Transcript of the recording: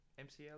MCL